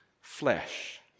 flesh